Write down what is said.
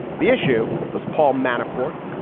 the issue was paul manafort,